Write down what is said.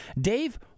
Dave